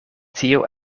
tio